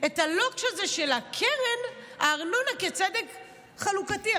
הזה של קרן הארנונה כצדק חלוקתי?